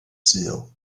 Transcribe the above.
sul